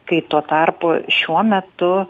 kai tuo tarpu šiuo metu